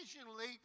occasionally